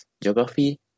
geography